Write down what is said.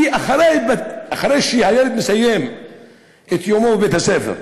כי אחרי שהילד מסיים את יומו בבית-הספר,